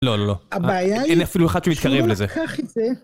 לא, לא, לא. אין אפילו אחד שמתקרב לזה. הבעיה היא שהוא לקח את זה